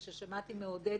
וששמעתי מעודד,